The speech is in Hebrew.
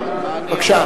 ישיב.